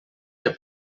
que